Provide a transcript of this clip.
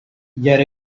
yet